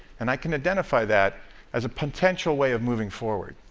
and i can identify that as a potential way of moving forward.